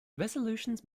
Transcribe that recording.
resolutions